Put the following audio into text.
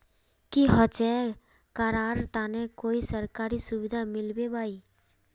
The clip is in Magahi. की होचे करार तने कोई सरकारी सुविधा मिलबे बाई?